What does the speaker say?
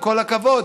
עם כל הכבוד,